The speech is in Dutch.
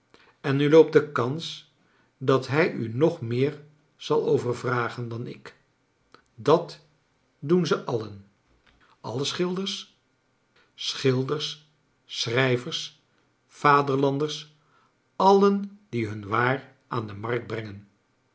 en u loopt de kans dat hij u nog meer zal overvragen dan ik dat doen ze alien alle schilders schilders schrijvers vaderlanders alien die hun waar aan de markt brengen